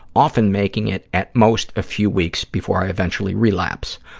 often making it at most a few weeks before i eventually relapse.